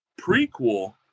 prequel